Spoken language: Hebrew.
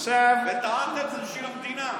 וטענתם שזה בשביל המדינה.